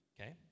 okay